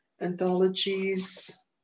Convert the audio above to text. anthologies